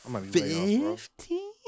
Fifteen